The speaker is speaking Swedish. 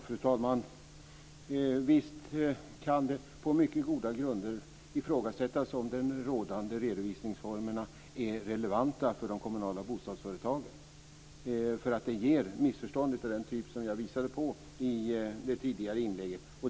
Fru talman! Visst kan det på mycket goda grunder ifrågasättas om de rådande redovisningsformerna är relevanta för de kommunala bostadsföretagen. De skapar missförstånd av den typ som jag visade på i det tidigare inlägget.